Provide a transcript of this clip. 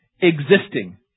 existing